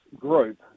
group